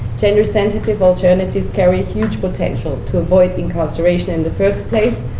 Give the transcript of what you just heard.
gender sensitive alternatives carry huge potential to avoid incarceration in the first place.